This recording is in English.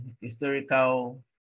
historical